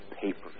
papers